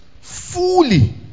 fully